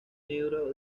libro